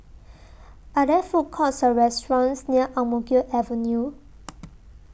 Are There Food Courts Or restaurants near Ang Mo Kio Avenue